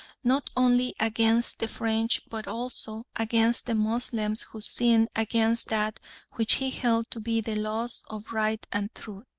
not only against the french but also against the moslems who sinned against that which he held to be the laws of right and truth.